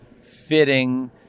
fitting